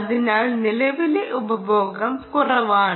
അതിനാൽ നിലവിലെ ഉപഭോഗം കുറവാണ്